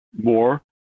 more